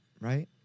right